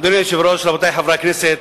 אדוני היושב-ראש, רבותי חברי הכנסת,